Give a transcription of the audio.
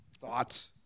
Thoughts